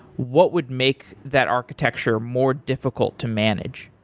what would make that architecture more difficult to manage?